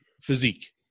physique